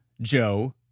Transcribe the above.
Joe